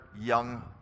young